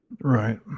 Right